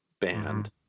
band